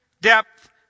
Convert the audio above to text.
depth